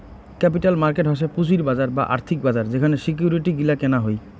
capital market হসে পুঁজির বাজার বা আর্থিক বাজার যেখানে সিকিউরিটি গিলা কেনা হই